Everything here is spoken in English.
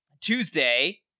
Tuesday